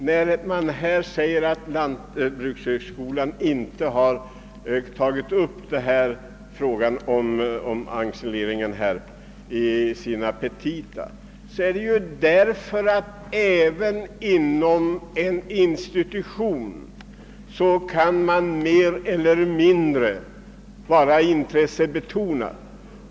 Det har framhållits att lantbrukshögskolan inte har tagit upp frågan om ensileringen i sina petita, men även inom en institution kan man ju vara mer eller mindre intresserad.